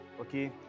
okay